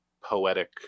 poetic